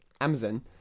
Amazon